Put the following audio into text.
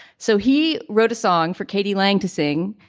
so he wrote a song for k d. lang to sing.